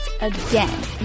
again